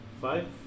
Five